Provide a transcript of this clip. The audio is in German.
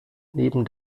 neben